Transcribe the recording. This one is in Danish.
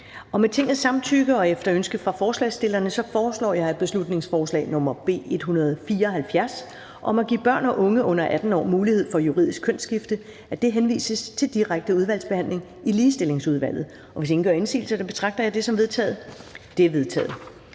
Med Tingets samtykke og efter ønske fra forslagsstillerne foreslår jeg, at beslutningsforslag nr. B 174 om at give børn og unge under 18 år mulighed for juridisk kønsskifte henvises til direkte udvalgsbehandling i Ligestillingsudvalget. Hvis ingen gør indsigelse, betragter jeg det som vedtaget. Det er vedtaget.